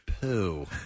Poo